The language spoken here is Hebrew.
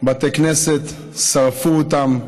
בתי כנסת, שרפו אותם.